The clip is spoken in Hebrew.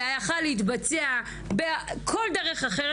זה יכול היה להתבצע בכל דרך אחרת.